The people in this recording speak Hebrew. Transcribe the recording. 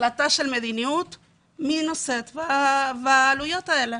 החלטה של מדיניות היא מי נושא בעלויות האלה.